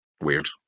weird